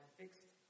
fixed